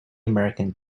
american